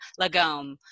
Lagom